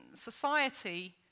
society